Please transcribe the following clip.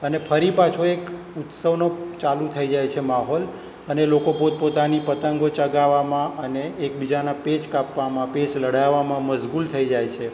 અને ફરી પાછો એક ઉત્સવનો ચાલુ થઈ જાય છે માહોલ અને લોકો પોતપોતાની પતંગો ચગાવવામાં અને એકબીજાના પેચ કાપવામાં પેચ લડાવવામાં મશગુલ થઈ જાય છે